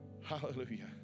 Hallelujah